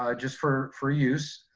ah just for for use,